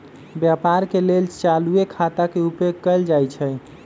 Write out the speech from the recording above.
व्यापार के लेल चालूये खता के उपयोग कएल जाइ छइ